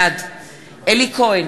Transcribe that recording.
בעד אלי כהן,